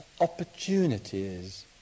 opportunities